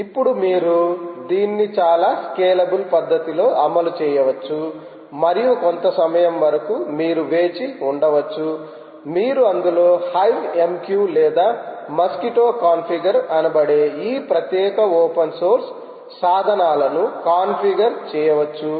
ఇప్పుడు మీరు దీన్ని చాలా స్కేలబుల్ పద్ధతిలో అమలు చేయవచ్చు మరియు కొంత సమయం వరకు మీరు వేచి ఉండవచ్చు మీరు అందులో హైవ్ MQ లేదా మస్క్విటో కాన్ఫిగర్ అనబడే ఈ ప్రత్యేక ఓపెన్ సోర్స్ సాధనాలను కాన్ఫిగర్ చేయవచ్చు